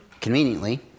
Conveniently